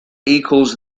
equals